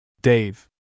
Dave